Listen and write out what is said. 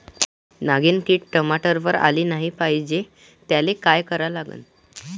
नागिन किड टमाट्यावर आली नाही पाहिजे त्याले काय करा लागन?